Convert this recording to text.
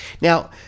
Now